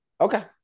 Okay